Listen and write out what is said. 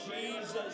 Jesus